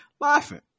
Laughing